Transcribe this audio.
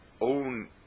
own